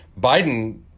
Biden